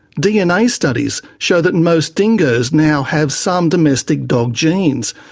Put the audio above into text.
dna studies show that and most dingoes now have some domestic dog genes,